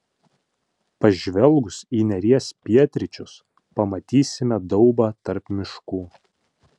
pažvelgus į neries pietryčius pamatysime daubą tarp miškų